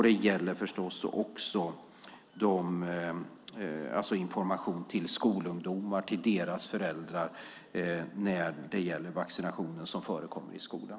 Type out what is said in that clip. Det gäller då förstås också information till skolungdomar och deras föräldrar om vaccination som förekommer i skolan.